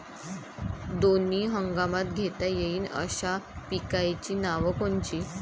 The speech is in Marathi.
दोनी हंगामात घेता येईन अशा पिकाइची नावं कोनची?